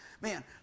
Man